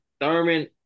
Thurman